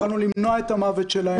יכולנו למנוע את המוות שלהם.